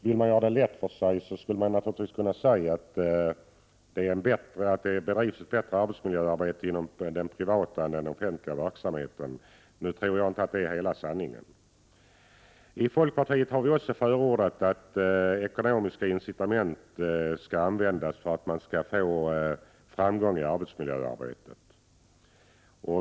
Vill man göra det lätt för sig, skulle man naturligtvis kunna säga att det bedrivs ett bättre arbetsmiljöarbete inom den privata än inom den offentliga verksamheten, men det tror jag inte är hela sanningen. Folkpartiet har också förordat att ekonomiska incitament skall användas för att man skall få framgång i arbetsmiljöarbetet.